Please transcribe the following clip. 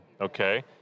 Okay